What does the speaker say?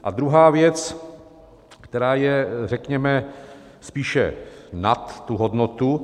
A druhá věc, která je, řekněme, spíše nad tu hodnotu.